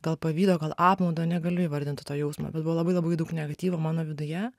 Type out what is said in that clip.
gal pavydo gal apmaudo negaliu įvardinti to jausmo bet buvo labai labai daug negatyvo mano viduje